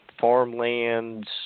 farmlands